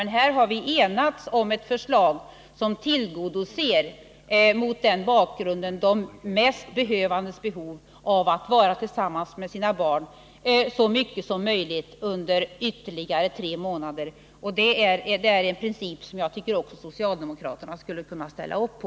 Men här har vi enats om ett förslag som tillgodoser dem som har mest behov av att vara tillsammans med sina barn så mycket som möjligt under ytterligare tre månader. Det är en princip som jag tycker att även socialdemokraterna skulle kunna ställa upp på.